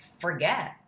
forget